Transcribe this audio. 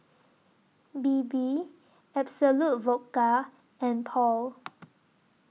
Bebe Absolut Vodka and Paul